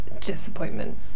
disappointment